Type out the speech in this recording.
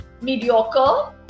mediocre